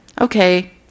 okay